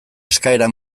eskaera